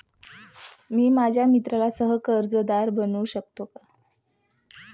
मी माझ्या मित्राला सह कर्जदार बनवू शकतो का?